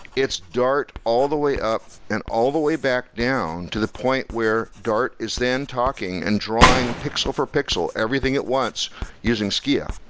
it's dart all the way up and all the way back down to the point where dart is then talking and drawing pixel for pixel, everything at once using skia.